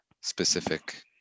specific